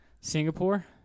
Singapore